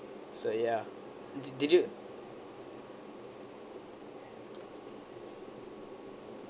so ya did did you